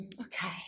Okay